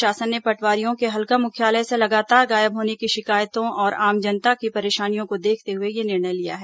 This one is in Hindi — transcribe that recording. राज्य शासन ने पटवारियों के हल्का मुख्यालय से लगातार गायब होने की शिकायतों और आम जनता की परेशानियों को देखते हुए यह निर्णय लिया है